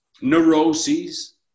neuroses